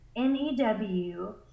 N-E-W